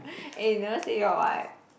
eh never say your one